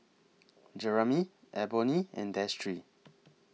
Jeramy Eboni and Destry